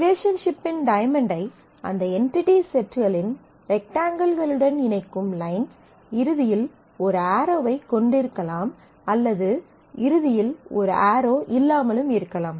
ரிலேஷன்ஷிப்பின் diamond ஐ அந்த entity செட்களின் ரெக்டாங்கிள்களுடன் இணைக்கும் லைன்ஸ் இறுதியில் ஒரு ஆரோவைக் கொண்டிருக்கலாம் அல்லது இறுதியில் ஒரு ஆரோ இல்லாமலும் இருக்கலாம்